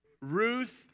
Ruth